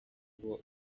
babo